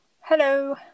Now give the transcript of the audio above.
Hello